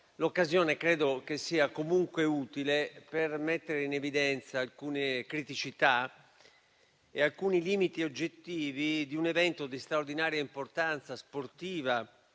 l'occasione sia comunque utile per mettere in evidenza alcune criticità e alcuni limiti oggettivi di un evento di straordinaria importanza sportiva,